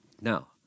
Now